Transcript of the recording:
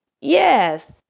Yes